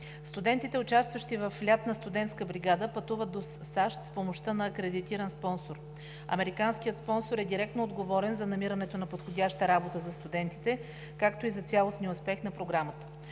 Студентите, участващи в лятна студентска бригада, пътуват до САЩ с помощта на акредитиран спонсор. Американският спонсор е директно отговорен за намирането на подходяща работа за студентите, както и за цялостния успех на Програмата.